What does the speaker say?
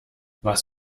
was